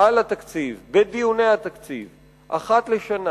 על התקציב בדיוני התקציב אחת לשנה.